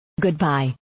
Goodbye